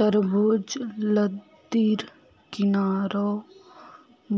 तरबूज लद्दीर किनारअ